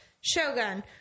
Shogun